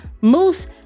Moose